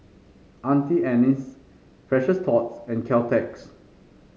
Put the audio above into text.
Auntie Anne's Precious Thots and Caltex